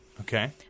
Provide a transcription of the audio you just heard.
Okay